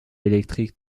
électriques